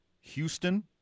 Houston